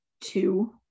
two